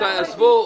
רבותי, עזבו.